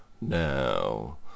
Now